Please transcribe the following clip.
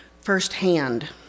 firsthand